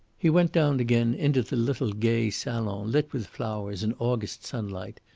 he went down again into the little gay salon lit with flowers and august sunlight,